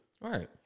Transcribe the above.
right